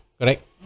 correct